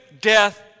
death